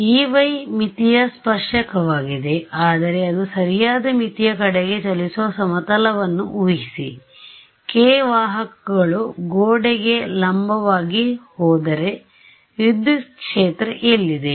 ಸ್ಟೂಡೆಂಟ್Ey ಮಿತಿಯ ಸ್ಪರ್ಶಕವಾಗಿದೆ ಆದರೆ ಅದು ಸರಿಯಾದ ಮಿತಿಯ ಕಡೆಗೆ ಚಲಿಸುವ ಸಮತಲವನ್ನು ಊಹಿಸಿ k ವಾಹಕಗಳು ಗೋಡೆಗೆ ಲಂಬವಾಗಿ ಹೋದರೆ ವಿದ್ಯುತ್ ಕ್ಷೇತ್ರ ಎಲ್ಲಿದೆ